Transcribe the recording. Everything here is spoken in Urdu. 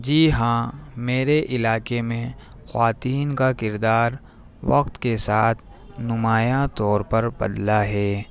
جی ہاں میرے علاقے میں خواتین کا کردار وقت کے ساتھ نمایاں طور پر بدلا ہے